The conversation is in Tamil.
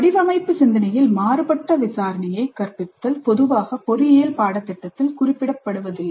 வடிவமைப்பு சிந்தனையில் மாறுபட்ட விசாரணையை கற்பித்தல் பொதுவாக பொறியியல் பாடத்திட்டத்தில் குறிப்பிடப்படுவதில்லை